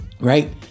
right